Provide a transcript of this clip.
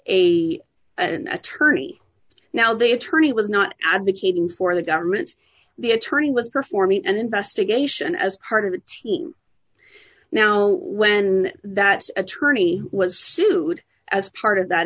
a attorney now the attorney was not advocating for the government the attorney was performing an investigation as part of a team now when that attorney who was sued as part of that